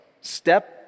step